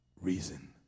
reason